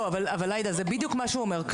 אבל, עאידה, זה בדיוק מה שהוא אומר.